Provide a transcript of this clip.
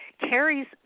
carries